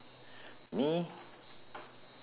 me